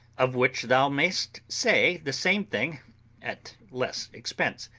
of which thou mayest say the same thing at less expense.